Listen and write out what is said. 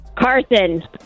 Carson